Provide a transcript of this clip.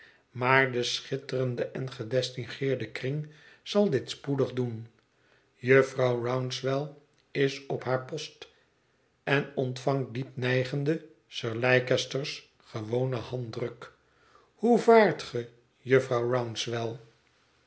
maar de schitterende en gedistingueerde kring zal dit spoedig doen jufvrouw rouncewell is op haar post en ontvangt diep nijgende sir leicester's gewonen handdruk hoe vaart ge jufvrouw rouncewell